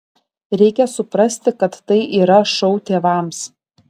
reikia suprasti kad tai yra šou tėvams